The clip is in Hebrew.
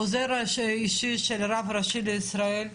עוזר אישי של הרב הראשי לישראל,